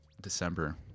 december